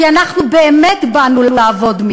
כי אנחנו באמת באנו לעבוד,